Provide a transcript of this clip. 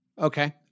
Okay